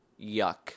Yuck